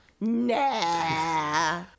Nah